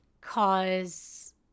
cause